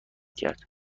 کرد